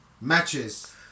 Matches